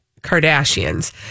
Kardashians